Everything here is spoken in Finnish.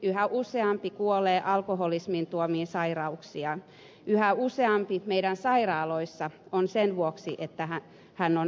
yhä useampi kuolee alkoholismin tuomiin sairauksiin yhä useampi on meidän sairaaloissa sen vuoksi että on alkoholinkäyttäjä